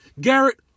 Garrett